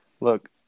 Look